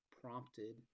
prompted